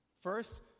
First